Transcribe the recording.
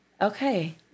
Okay